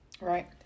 right